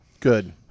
Good